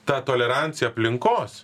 ta tolerancija aplinkos